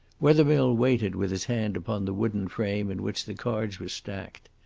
wethermill waited with his hand upon the wooden frame in which the cards were stacked.